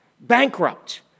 bankrupt